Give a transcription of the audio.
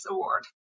Award